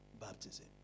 baptism